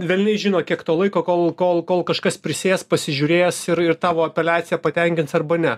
velniai žino kiek to laiko kol kol kol kažkas prisės pasižiūrės ir ir tavo apeliaciją patenkins arba ne